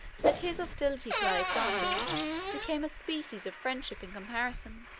that his hostility to alexander became a species of friendship in comparison.